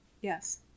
Yes